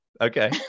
Okay